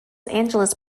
angeles